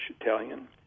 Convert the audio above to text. Italian